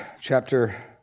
chapter